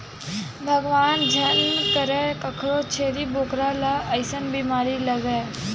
भगवान झन करय कखरो छेरी बोकरा ल अइसन बेमारी लगय